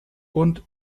und